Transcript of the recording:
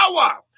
power